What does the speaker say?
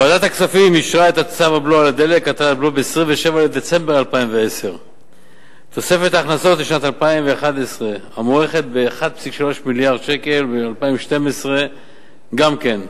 ועדת הכספים אישרה את צו הבלו על הדלק (הטלת בלו) ב-27 בדצמבר 2010. תוספת ההכנסות לשנת 2011 מוערכת בכ-1.3 מיליארד שקל וב-2012 גם כן,